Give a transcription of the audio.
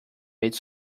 made